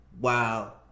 Wow